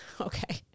Okay